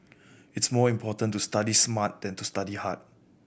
it's more important to study smart than to study hard